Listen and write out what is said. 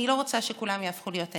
אני לא רוצה שכולם יהפכו להיות אני,